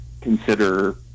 consider